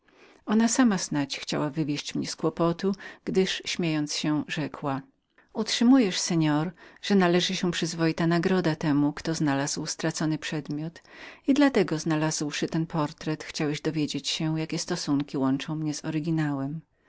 ona sama znać chciała wywieść mnie z kłopotu gdyż przybrała śmiejącą postać i rzekła utrzymujesz pan że należy się przyzwoita nagroda temu który znalazł stracony przedmiot i dla tego znalazłszy ten portret chciałeś dowiedzieć się jakie mam stosunki z